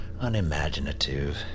unimaginative